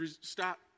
stop